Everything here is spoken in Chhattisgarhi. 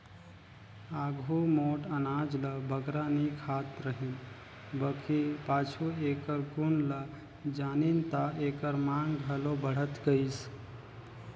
आघु मोट अनाज ल बगरा नी खात रहिन बकि पाछू एकर गुन ल जानिन ता एकर मांग घलो बढ़त गइस